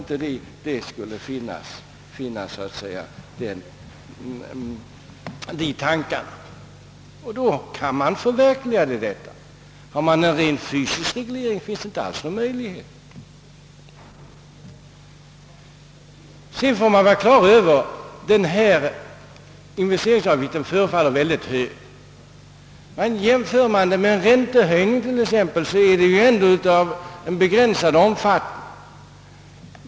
Och med det föreslagna systemet kan man ju förverkliga sina planer. Har vi en rent fysisk reglering, finns kanske inte den möjligheten. Investeringsavgiften som sådan kan förefalla mycket hög, men jämfört med t.ex. en räntehöjning har den dock begränsad omfattning.